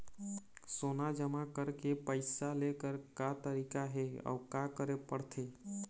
सोना जमा करके पैसा लेकर का तरीका हे अउ का करे पड़थे?